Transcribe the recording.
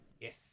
yes